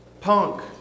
punk